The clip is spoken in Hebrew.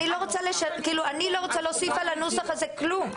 אני לא רוצה להוסיף על הנוסח הזה כלום.